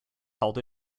held